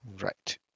right